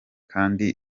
kandi